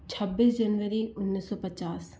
छब्बीस जनवरी उन्नीस सौ पचास